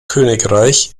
königreich